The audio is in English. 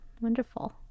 wonderful